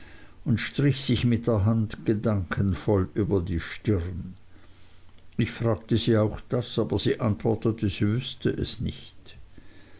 und strich sich mit der hand gedankenvoll über die stirn ich fragte sie auch das aber sie antwortete sie wüßte es nicht